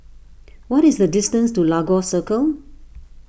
what is the distance to Lagos Circle